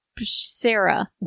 Sarah